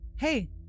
Hey